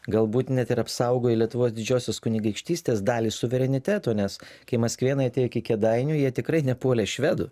galbūt net ir apsaugojai lietuvos didžiosios kunigaikštystės dalį suvereniteto nes kai maskvėnai iki kėdainių jie tikrai nepuolė švedų